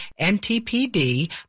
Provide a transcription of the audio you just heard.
MTPD